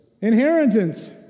Inheritance